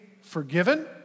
forgiven